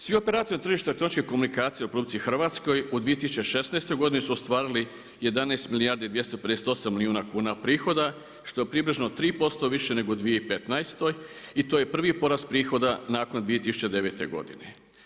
Svi operatori tržišta elektroničkih komunikacija u RH u 2016. godini su ostvarili 11 milijardi 258 milijuna kuna prihoda što je približno 3% više nego u 2015. i to je prvi porast prihoda nakon 2009. godine.